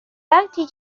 وقتی